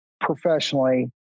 professionally